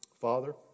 Father